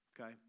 okay